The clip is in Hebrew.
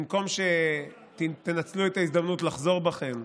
במקום שתנצלו את ההזדמנות לחזור בכם,